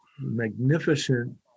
magnificent